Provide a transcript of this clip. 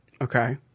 Okay